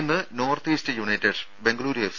ഇന്ന് North East United Bengaluru F